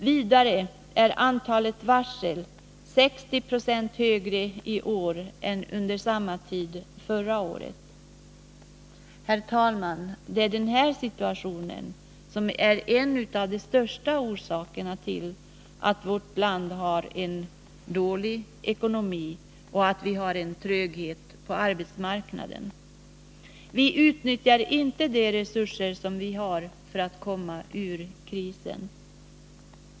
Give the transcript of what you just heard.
Vidare är antalet varsel 60 26 högre i år än under samma tid förra året. Herr talman! Detta är en av de största orsakerna till att vårt land fått dålig ekonomi och tröghet på arbetsmarknaden. Vi utnyttjar inte de resurser som vi har för att komma ur krisen.